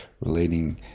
relating